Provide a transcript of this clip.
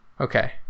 okay